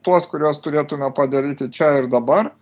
tuos kuriuos turėtume padaryti čia ir dabar